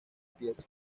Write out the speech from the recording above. pieza